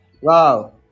Wow